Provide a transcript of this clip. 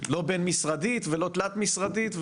לא בין משרדית ולא תלת משרדית,